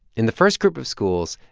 in the first group of schools,